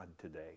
today